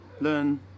learn